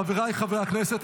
חבריי חברי הכנסת,